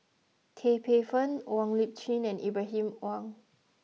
Tan Paey Fern Wong Lip Chin and Ibrahim Awang